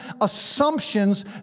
assumptions